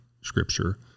Scripture